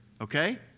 Okay